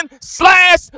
slash